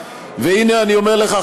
והנה אני אומר לך,